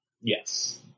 yes